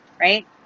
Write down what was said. right